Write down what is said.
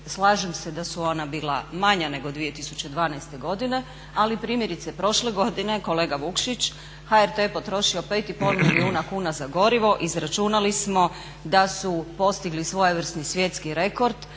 slažem se da su ona bila manja nego 2012. godine. Ali primjerice prošle godine je kolega Vukšić HRT potrošio 5 i pol milijuna kuna za gorivo. Izračunali smo da su postigli svojevrsni svjetski rekord.